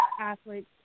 athletes